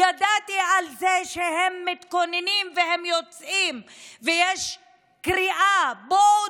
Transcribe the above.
ידעתי על זה שהם מתכוננים והם יוצאים ויש קריאה: בואו,